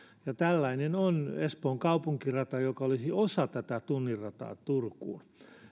tällainen on espoon kaupunkirata joka olisi osa tätä tunnin rataa turkuun